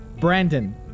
Brandon